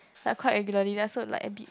like quite regularly lah so like a bit